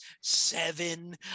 seven